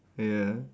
ya